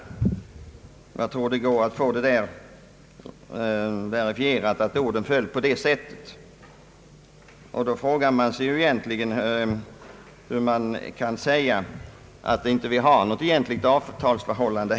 Jag tror att det är möjligt att verifiera att orden föll på det sättet. Då undrar man hur det är möjligt att påstå att det här inte skulle vara fråga om något egentligt avtalsförhållande.